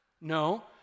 No